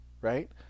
right